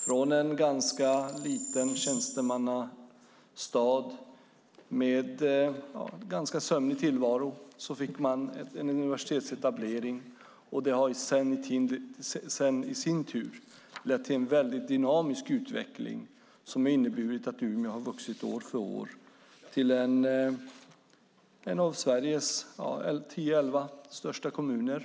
Från att ha varit en liten tjänstemannastad med en ganska sömnig tillvaro fick man en universitetsetablering, och det har i sin tur lett till en väldigt dynamisk utveckling som har inneburit att Umeå år för år har vuxit till en av Sveriges tio eller elva största kommuner.